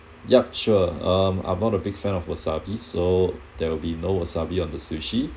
yup sure um I'm not a big fan of wasabi so there will be no wasabi on the sushi